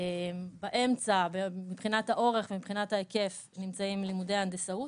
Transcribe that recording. באמצע מבחינת האורך ומבחינת ההיקף נמצאים לימודי ההנדסאות.